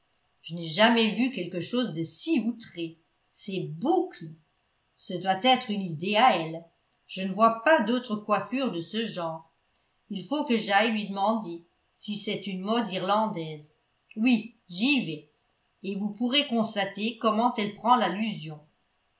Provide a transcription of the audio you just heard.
je n'ai jamais vu quelque chose de si outré ces boucles ce doit être une idée à elle je ne vois pas d'autres coiffures de ce genre il faut que j'aille lui demander si c'est une mode irlandaise oui j'y vais et vous pourrez constater comment elle prend l'allusion